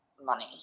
money